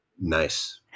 Nice